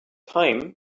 time